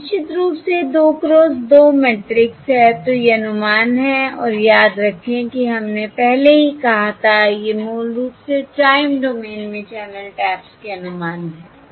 और निश्चित रूप से 2 क्रॉस 2 मैट्रिक्स है तो ये अनुमान हैं और याद रखें कि हमने पहले ही कहा था ये मूल रूप से टाइम डोमेन में चैनल टैप्स के अनुमान हैं